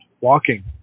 walking